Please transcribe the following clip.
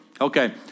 Okay